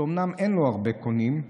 שאומנם אין לו הרבה קונים,